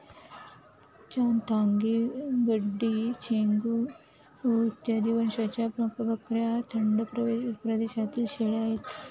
चांथागी, गड्डी, चेंगू इत्यादी वंशाच्या बकऱ्या थंड प्रदेशातील शेळ्या आहेत